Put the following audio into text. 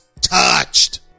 touched